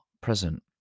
present